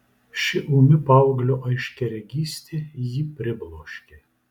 ši ūmi paauglio aiškiaregystė jį pribloškė